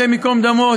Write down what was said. השם ייקום דמו,